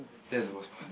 that's the worst part